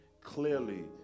clearly